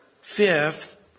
Fifth